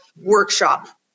workshop